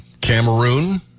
Cameroon